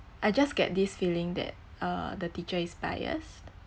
I just get this feeling that uh the teacher is biased